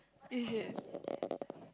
is it